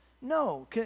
no